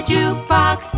jukebox